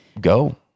Go